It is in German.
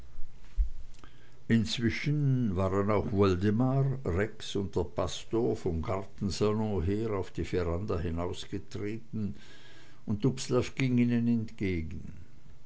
inzwischen waren auch woldemar rex und der pastor vom gartensalon her auf die veranda hinausgetreten und dubslav ging ihnen entgegen